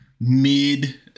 mid